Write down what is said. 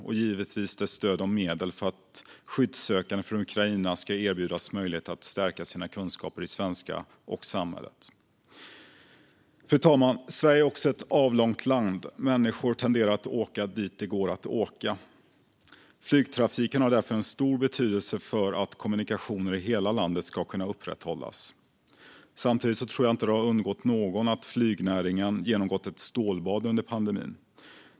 Och vi ställer oss givetvis bakom medel till stöd för att skyddssökande från Ukraina ska kunna erbjudas möjligheter att stärka sina kunskaper i svenska och om samhället. Fru talman! Sverige är ett avlångt land, och människor tenderar att åka dit det går att åka. Flygtrafiken har därför stor betydelse för att kommunikationer i hela landet ska kunna upprätthållas. Samtidigt tror jag inte att det har undgått någon att flygnäringen genomgått ett stålbad under pandemin.